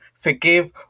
forgive